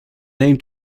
name